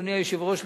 אדוני היושב-ראש,